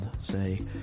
say